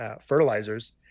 fertilizers